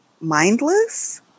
mindless